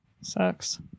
sucks